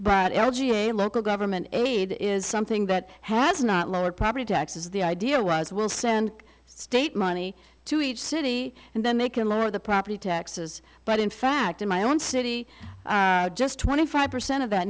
but l g a local government aid is something that has not lowered property taxes the idea was we'll send state money to each city and then they can lower the property taxes but in fact in my own city just twenty five percent of that